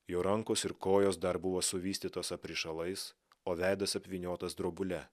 jo rankos ir kojos dar buvo suvystytos aprišalais o veidas apvyniotas drobule